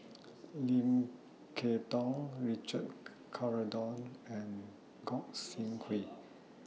Lim Kay Tong Richard Corridon and Gog Sing Hooi